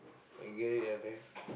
you get it ah annan